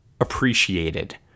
appreciated